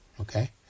okay